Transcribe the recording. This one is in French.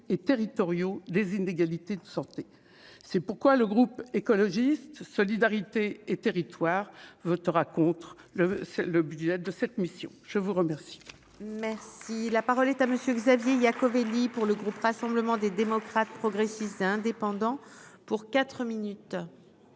et territoriaux des inégalités de santé, c'est pourquoi le groupe écologiste solidarité et territoires, votera contre, je veux, c'est le budget de cette mission, je vous remercie. Merci, la parole est à monsieur Xavier Iacovelli pour le groupe Rassemblement des démocrates. Progressistes et indépendants pour quatre minutes.